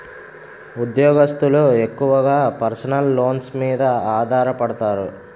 ఉద్యోగస్తులు ఎక్కువగా personal loans మీద ఆధారపడతారు